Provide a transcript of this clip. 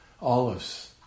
olives